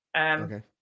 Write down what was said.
Okay